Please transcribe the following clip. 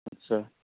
আচ্ছা